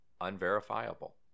unverifiable